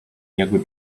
jakby